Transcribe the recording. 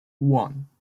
one